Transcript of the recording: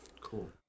Cool